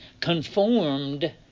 conformed